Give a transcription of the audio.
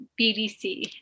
BDC